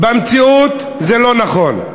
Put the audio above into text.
במציאות זה לא נכון.